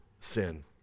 sin